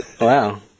Wow